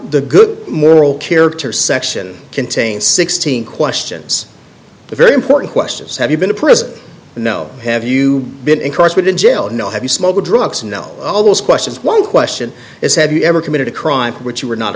the good moral character section contains sixteen questions the very important question is have you been to prison to know have you been incarcerated jailed no have you smoked drugs you know all those questions one question is have you ever committed a crime for which you were not